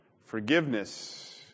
forgiveness